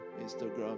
Instagram